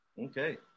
Okay